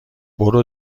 برو